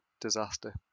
disaster